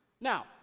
Now